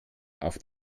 auf